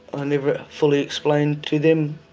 i never fully explained to them